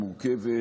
מורכבת,